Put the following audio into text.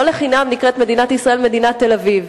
לא לחינם נקראת מדינת ישראל "מדינת תל-אביב",